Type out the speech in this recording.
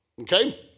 Okay